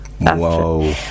Whoa